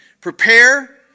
Prepare